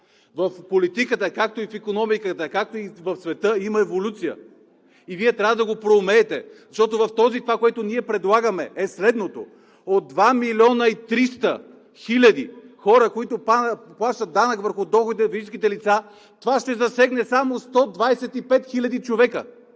В политиката, както и в икономиката, както и в света, има еволюция и Вие трябва да го проумеете, защото това, което ние предлагаме, е следното. От 2 милиона и 300 хиляди хора, които плащат данък върху доходите на физическите лица, това ще засегне само 125 000 човека.